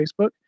Facebook